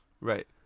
right